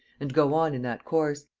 and go on in that course.